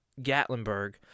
Gatlinburg